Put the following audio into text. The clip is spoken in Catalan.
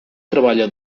treballa